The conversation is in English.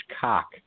cock